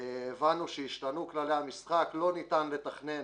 הבנו שהשתנו כללי המשחק, לא ניתן לתכנן